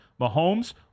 Mahomes